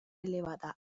elevada